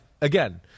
again